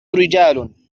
رجال